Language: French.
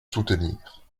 soutenir